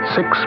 Six